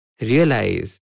Realize